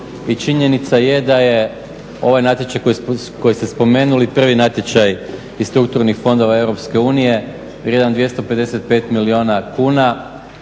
i činjenica je da je ovaj natječaj koji ste spomenuli prvi natječaj iz strukturnih fondova EU vrijedan 255 milijuna kuna